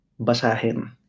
basahin